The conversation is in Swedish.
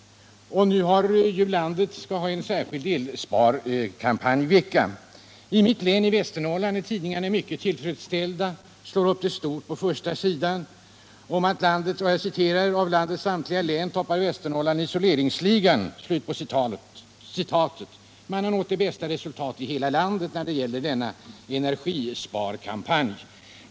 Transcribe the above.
Denna vecka skall man dessutom genomföra en särskild elsparkampanj. I mitt hemlän, Västernorrlands län, är tidningarna mycket tillfredsställda. Över stort uppslagna artiklar meddelas: ”Av landets samtliga län toppar Västernorrland isoleringsligan.” Man har alltså där nått det bästa resultatet i landet i energisparkampanjen.